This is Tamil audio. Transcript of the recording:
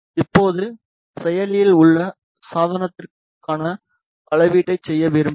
இப்போது செயலில் உள்ள சாதனத்திற்கான அளவீட்டைச் செய்ய விரும்புகிறோம்